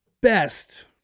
best